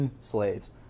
slaves